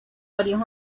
varias